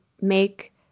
make